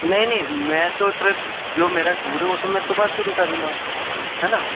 نہیں نہیں میں تو ٹرپ جو میرا ٹور ہے وہ تو میں صبح شروع کروں گا ہے نا